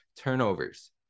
turnovers